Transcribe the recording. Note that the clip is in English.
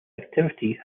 activity